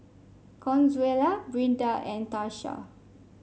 Consuela Brinda and Tarsha